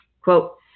Quote